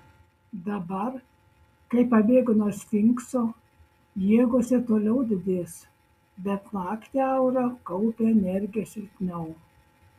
dabar kai pabėgo nuo sfinkso jėgos ir toliau didės bet naktį aura kaupia energiją silpniau